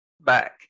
back